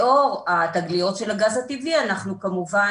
לאור התגליות של הגז הטבעי אנחנו כמובן